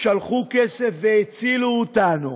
שלחו כסף והצילו אותנו.